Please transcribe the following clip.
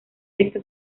texto